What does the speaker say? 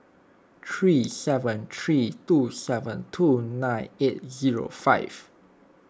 three seven three two seven two nine eight zero five